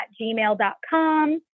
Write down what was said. gmail.com